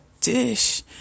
dish